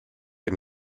and